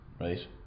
right